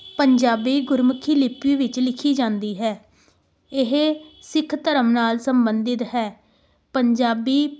ਪੰਜਾਬੀ ਗੁਰਮੁਖੀ ਲਿੱਪੀ ਵਿੱਚ ਲਿਖੀ ਜਾਂਦੀ ਹੈ ਇਹ ਸਿੱਖ ਧਰਮ ਨਾਲ ਸੰਬੰਧਿਤ ਹੈ ਪੰਜਾਬੀ